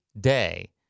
day